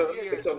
גם לי יש.